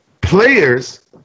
players